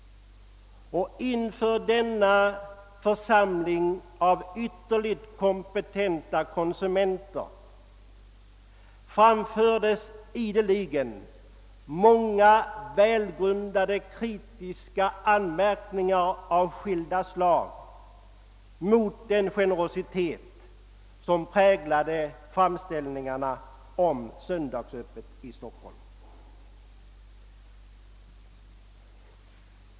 Inför denna församling av ytterligt kompetenta konsumenter framfördes ideligen välgrundade kritiska anmärkningar av skilda slag mot den anda som präglade framställningarna om söndagsöppet i Stockholm.